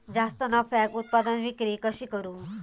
जास्त नफ्याक उत्पादन विक्री कशी करू?